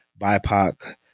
BIPOC